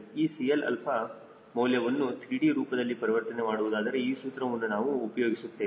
ಈ 𝐶Lα ಮೌಲ್ಯವನ್ನು 3d ರೂಪದಲ್ಲಿ ಪರಿವರ್ತನೆ ಮಾಡುವುದಾದರೆ ಈ ಸೂತ್ರವನ್ನು ನಾವು ಉಪಯೋಗಿಸುತ್ತೇವೆ